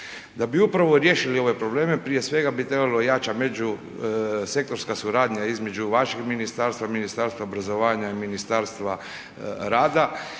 Da bi upravo riješili ove probleme prije svega bi trebala jača međusektorska suradnja između vašeg ministarstva, Ministarstva obrazovanja i ministarstva rada